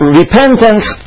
repentance